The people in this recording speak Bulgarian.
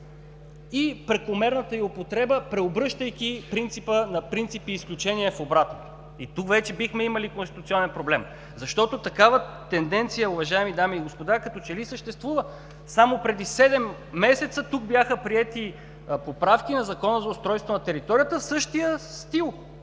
и прекомерната й употреба, преобръщайки принципа на принципи и изключения в обратното. И тук вече бихме имали конституционен проблем, защото такава тенденция, уважаеми дами и господа, като че ли съществува. Само преди седем месеца тук бяха приети поправки на Закона за устройството на територията в същия стил